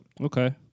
Okay